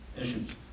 issues